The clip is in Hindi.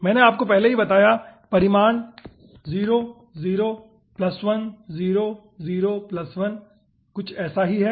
मैंने आपको पहले ही बताया है परिमाण 0 0 1 0 0 1 कुछ ऐसा ही है